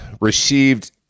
received